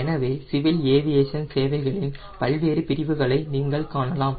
எனவே civil aviation சேவைகளின் பல்வேறு பிரிவுகளை நீங்கள் காணலாம்